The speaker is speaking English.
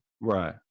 Right